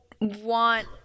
want